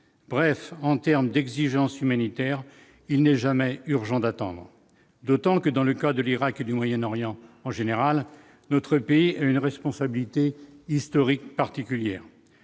bref en termes d'exigence humanitaire, il n'est jamais urgent d'attendre, d'autant que dans le cas de l'Irak et du Moyen-Orient, en général, notre pays a une responsabilité historique particulière,